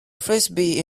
frisbee